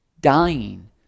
dying